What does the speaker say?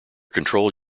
control